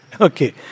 okay